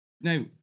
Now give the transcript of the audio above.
Now